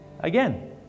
Again